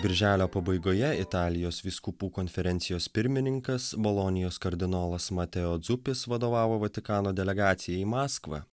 birželio pabaigoje italijos vyskupų konferencijos pirmininkas bolonijos kardinolas mateo dzupis vadovavo vatikano delegacijai maskva